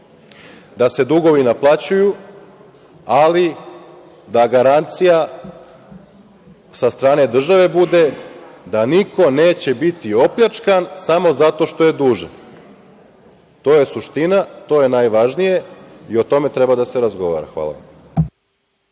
da se dugovi naplaćuju, ali da garancija sa strane države bude da niko neće biti opljačkan samo zato što je dužan. To je suština, to je najvažnije i o tome treba da se razgovara. Hvala.